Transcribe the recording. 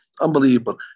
unbelievable